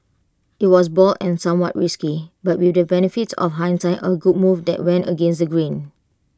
IT was bold and somewhat risky but with the benefit of hindsight A good move that went against the grain